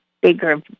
bigger